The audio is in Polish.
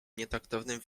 nietaktownym